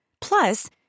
Plus